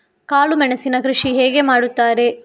ಕಾಳು ಮೆಣಸಿನ ಕೃಷಿ ಹೇಗೆ ಮಾಡುತ್ತಾರೆ?